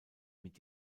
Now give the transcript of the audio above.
mit